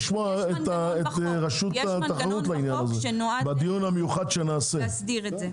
מנגנון בחוק שנועד להסדיר את זה.